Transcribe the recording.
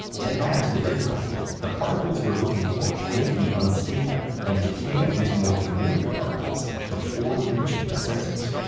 to add to the difficulty, the particles we're looking for may be unstable and decay into more familiar particles before reaching the sensors.